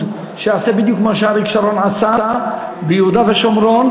שיעשה בדיוק מה שאריק שרון עשה ביהודה ושומרון,